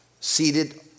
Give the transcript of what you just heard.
seated